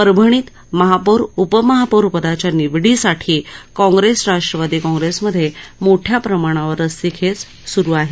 परभणीत महापौर उपमहापौर पदाच्या निवडीसाठी काँग्रेस राष्ट्रवादी काँग्रेसमध्ये मोठ्या प्रमाणावर रस्सीखेच स्रु आहे